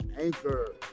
Anchor